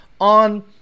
on